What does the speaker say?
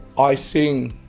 i sing.